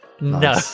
No